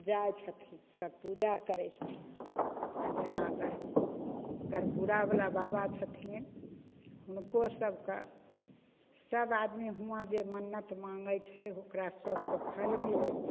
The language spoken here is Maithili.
जाइ छथिन सभ पूजा करै छथिन आओर जेना अगर गढ़ गढ़पुरावला बाबा छथिन हुनको सभकेँ सभ आदमी हुआँ जे मन्नत माँगै छै ओकरा सभकेँ फल मिलै छै